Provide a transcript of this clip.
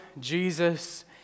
Jesus